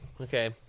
okay